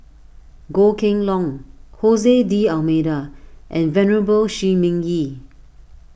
Goh Kheng Long Jose D'Almeida and Venerable Shi Ming Yi